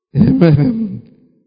Amen